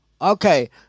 Okay